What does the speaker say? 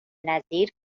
نظیر